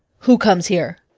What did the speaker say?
who comes here?